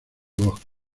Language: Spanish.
bosques